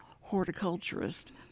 horticulturist